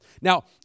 Now